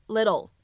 Little，